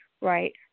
Right